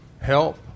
help